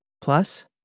Plus